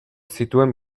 zituen